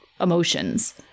emotions